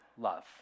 Love